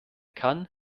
kann